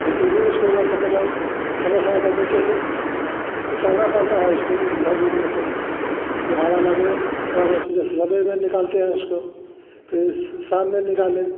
के फिर भी उसको समय समय पर नीचे से उतारना पड़ता है उसको घर उर में से जो हावा लगे थोड़ा देर से जो सबेर में निकालते हैं उसको फिर उस शाम में निकाले